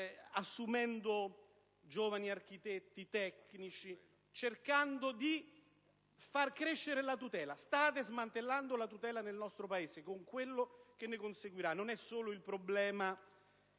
assumendo giovani architetti, tecnici, cercando di far crescere la tutela. State smantellando la tutela della cultura del nostro Paese, con quello che ne conseguirà. Non è solo il problema